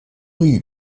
rue